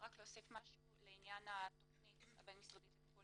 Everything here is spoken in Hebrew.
רק להוסיף משהו לעניין התכנית הבין-משרדית לטיפול